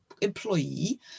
employee